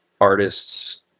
artists